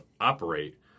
operate